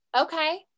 Okay